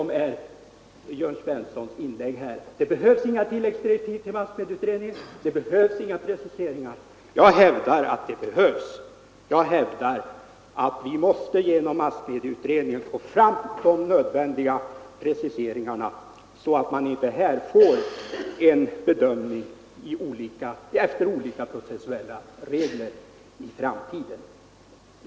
Herr Jörn Svenssons inlägg går ju ut på att det inte behövs några tilläggsdirektiv till massmedieutredningen och att det inte behövs några preciseringar. Jag hävdar att det behövs. Jag hävdar att vi måste genom massmedieutredningen få fram de nödvändiga preciseringarna, så att man inte i framtiden får en bedömning efter olika processuella regler.